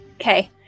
Okay